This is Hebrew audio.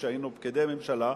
כשהיינו פקידי ממשלה,